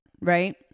right